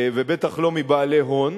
ובטח לא מבעלי הון.